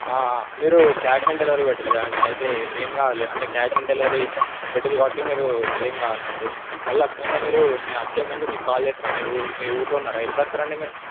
మీరు cash on delivery పెట్టారు అండి అయితే ఏం కావాలి అంటే క్యాషాన్ డెలివరీ పెట్టారు కాబట్టి మీరు ఏం కాదు అన్నట్టు మళ్ళా వచ్చాంగా మీరు నే వచ్చే ముందే మీకు కాల్ చేస్తాం మీరు ఊరు మీ ఊర్లో ఉన్నారా ఎప్పుడొస్తారండీ మీరు